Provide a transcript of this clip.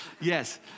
Yes